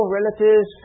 relatives